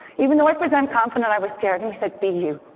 even though i present confident, i was scared. he said, be you.